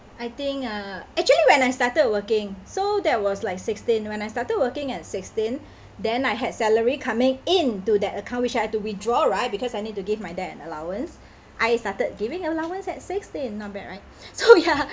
I think uh actually when I started working so that was like sixteen when I started working at sixteen then I had salary coming in to that account which I have to withdraw right because I need to give my dad an allowance I started giving allowance at sixteen not bad right so ya